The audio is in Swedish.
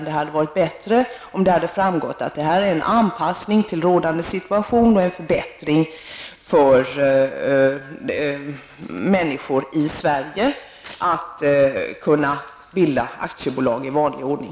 Det hade varit bättre om det hade framgått att det är en anpassning till rådande situation och en förbättring av möjligheterna för människor i Sverige att bilda aktiebolag i vanlig ordning.